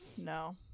no